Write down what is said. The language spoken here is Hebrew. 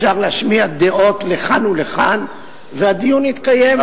אפשר להשמיע דעות לכאן ולכאן והדיון יתקיים.